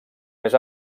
més